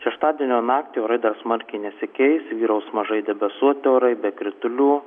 šeštadienio naktį orai dar smarkiai nesikeis vyraus mažai debesuoti orai be kritulių